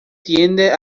tienden